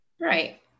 Right